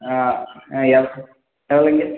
ஆ ஆ எவ் எவ்வளோங்க